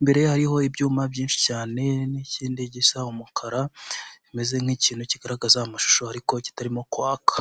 imbere ye hariho ibyuma byinshi cyane n'ikindi gisa umukara bimeze nk'ikintu kigaragaza amashusho ariko kitarimo kwaka.